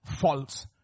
false